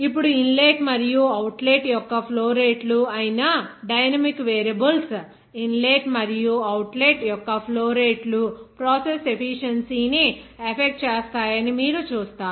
ఇప్పుడు ఇన్లెట్ మరియు అవుట్లెట్ యొక్క ఫ్లో రేట్లు అయిన డైనమిక్ వేరియబుల్స్ ఇన్లెట్ మరియు అవుట్లెట్ యొక్క ఫ్లో రేట్లు ప్రాసెస్ ఎఫీషియెన్సీ ని ఎఫెక్ట్ చేస్తాయని మీరు చూస్తారు